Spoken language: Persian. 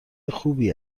خوبی